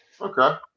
Okay